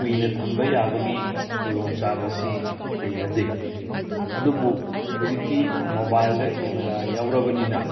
ꯀꯨꯏꯅ ꯊꯝꯕ ꯌꯥꯕꯒꯤ ꯈꯨꯗꯣꯡ ꯆꯥꯕꯁꯤ ꯂꯩꯅꯗꯦ ꯑꯗꯨꯕꯨ ꯍꯧꯖꯤꯛꯇꯤ ꯃꯣꯕꯥꯏꯜꯗ ꯀꯦꯃꯦꯔꯥ ꯌꯥꯎꯔꯕꯅꯤꯅ